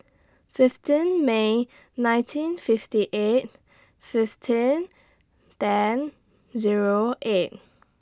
fifteen May nineteen fifty eight fifteen ten Zero eight